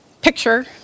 picture